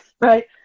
right